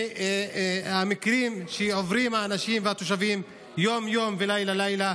המקרים שעוברים האנשים והתושבים יום-יום ולילה-לילה.